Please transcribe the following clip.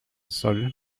sol